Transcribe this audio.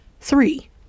Three